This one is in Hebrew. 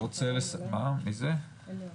אלי אוברוב,